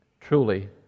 truly